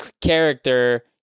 character